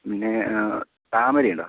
പിന്നെ താമരയുണ്ടോ